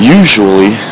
usually